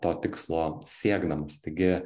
to tikslo siekdamas taigi